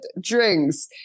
drinks